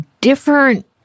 different